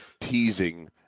teasing